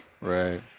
Right